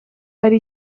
hari